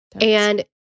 And-